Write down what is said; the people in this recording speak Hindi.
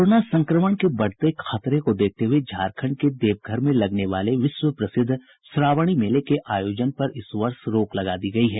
कोरोना संक्रमण के बढ़ते खतरे को देखते हुए झारखंड के देवघर में लगने वाले विश्व प्रसिद्ध श्रावणी मेले के आयोजन पर इस वर्ष रोक लगा दी गयी है